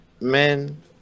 Men